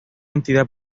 entidad